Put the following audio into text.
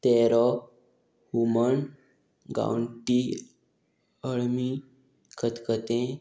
तेरो हुमण गांवठी अळमी खतखतें